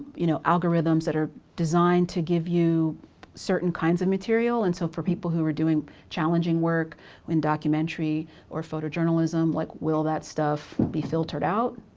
you know algorithms that are designed to give you certain kinds of material. and so for people who are doing challenging work in documentary or photojournalism like will that stuff be filtered out,